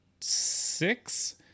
six